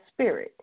spirit